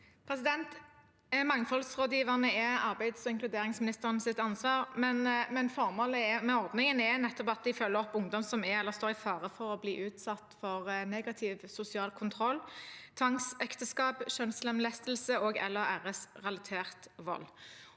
Mang- foldsrådgiverne er arbeids- og inkluderingsministerens ansvar, men formålet med ordningen er nettopp at man følger opp ungdom som er eller står i fare for å bli utsatt for negativ sosial kontroll, tvangsekteskap, kjønnslemlestelse og/eller æresrelatert vold.